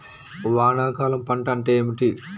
వానాకాలం పంట అంటే ఏమిటి?